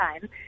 time